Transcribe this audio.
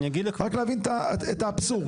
רק להבין את האבסורד.